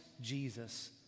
Jesus